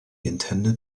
intended